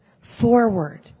forward